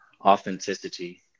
authenticity